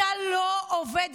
אתה לא עובד